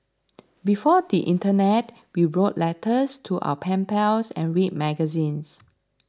before the Internet we wrote letters to our pen pals and read magazines